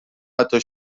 حتی